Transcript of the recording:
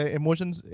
emotions